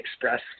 express